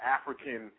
African